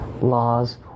laws